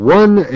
one